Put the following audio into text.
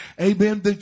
amen